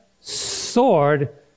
sword